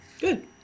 Good